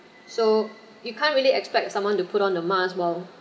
so you can't really expect someone to put on the mask while